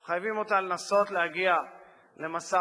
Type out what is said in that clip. מחייבות אותה לנסות להגיע למשא-ומתן,